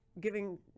giving